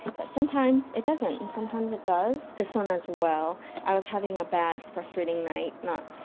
but sometimes, it doesn't! and sometimes it does. this one as well i was having a bad, frustrating night. not.